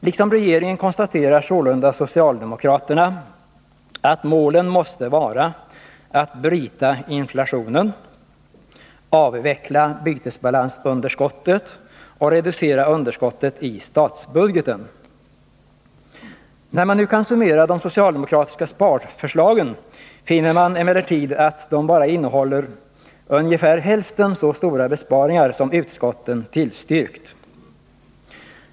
Liksom regeringen konstaterar sålunda socialdemokraterna att målen måste vara att bryta inflationen, avveckla bytesbalansunderskottet och reducera underskottet i statsbudgeten. När man nu kan summera de socialdemokratiska sparförslagen, finner man emellertid att de bara innehåller ungefär hälften så stora besparingar som utskotten tillstyrkt.